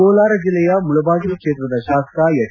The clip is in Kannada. ಕೋಲಾರ ಜಿಲ್ಲೆಯ ಮುಳಬಾಗಿಲು ಕ್ಷೇತ್ರದ ಶಾಸಕ ಹೆಚ್